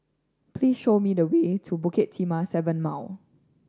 please show me the way to Bukit Timah Seven Mile